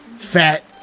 Fat